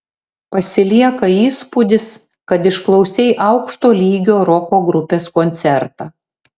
pasilieka įspūdis kad išklausei aukšto lygio roko grupės koncertą